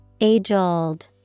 Age-old